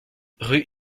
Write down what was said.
rue